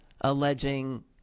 alleging